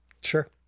sure